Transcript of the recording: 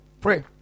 Pray